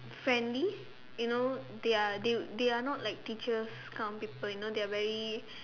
friendly you know they are they they are not like teachers kind of people you know they are very